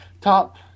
top